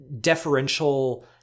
deferential